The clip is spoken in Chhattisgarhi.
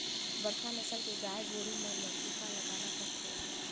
बड़खा नसल के गाय गोरु मन ल टीका लगाना परथे